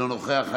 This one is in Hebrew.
אינו נוכח,